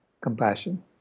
compassion